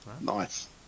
Nice